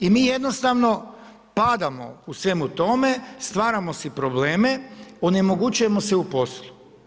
I mi jednostavno padamo u svemu tome, stvaramo si probleme, onemogućujemo se u poslu.